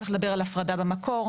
צריך לדבר על הפרדה במקור,